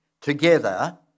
together